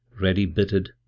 ready-bitted